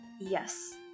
Yes